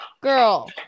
Girl